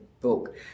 book